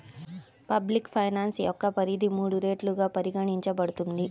public finance యొక్క పరిధి మూడు రెట్లుగా పరిగణించబడుతుంది